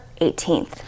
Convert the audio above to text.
18th